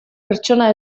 pertsona